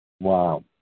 Wow